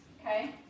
Okay